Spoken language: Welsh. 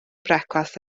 brecwast